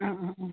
ആ ആ ആ